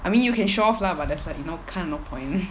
I mean you can show off lah but there's like you know kind of no point